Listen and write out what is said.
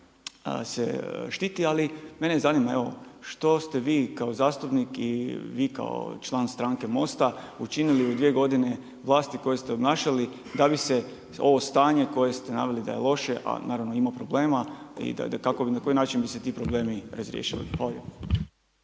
štiti. Ali mene zanima evo što ste vi kao zastupnik i vi kao član stranke MOST-a učinili u dvije godine vlasti koje ste obnašali da bi se ovo stanje koje ste naveli da je loše, a naravno ima problema i kako, na koji način bi se ti problemi razriješili.